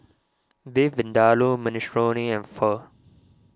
Beef Vindaloo Minestrone and Pho